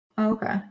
Okay